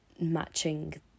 matching